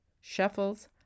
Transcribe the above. shuffles